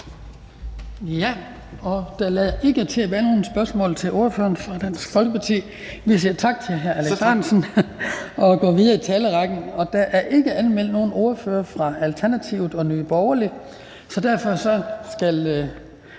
Der lader ikke til at være nogen spørgsmål til ordføreren for Dansk Folkeparti, så vi siger tak til hr. Alex Ahrendtsen og går videre i talerrækken. Og der er ikke anmeldt nogen ordførere fra Alternativet og Nye Borgerlige, så derfor skal